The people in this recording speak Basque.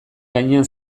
gainean